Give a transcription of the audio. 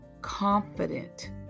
confident